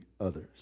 others